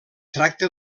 tracta